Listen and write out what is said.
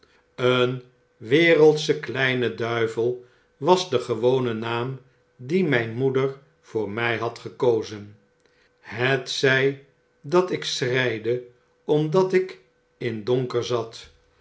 een wereldsche kleine duivel was de gewone naam dien mijn moeder voor my had gekozen hetzii dat ik schreide omdat ik in donkerzat